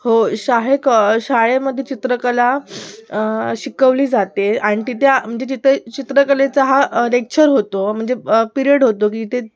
होय शाळेक शाळेमध्ये चित्रकला शिकवली जाते आणि तिथे म्हणजे तिथे चित्रकलेचा हा लेक्चर होतो म्हणजे पिरियड होतो की जिथे